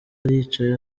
yicaye